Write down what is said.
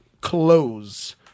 Close